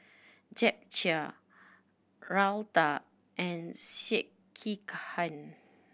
Japchae Raita and Sekihan